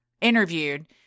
interviewed